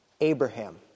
Abraham